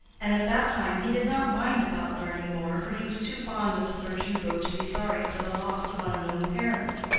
and at that time he did not mind about learning more, for he was too fond of sir hugo to be sorry for the loss of unknown parents.